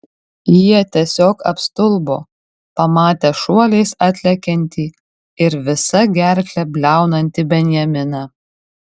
jie tiesiog apstulbo pamatę šuoliais atlekiantį ir visa gerkle bliaunantį benjaminą